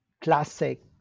classic